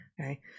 okay